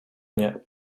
nie